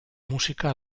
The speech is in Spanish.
música